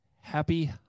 Happy